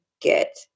get